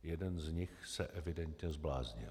Jeden z nich se evidentně zbláznil.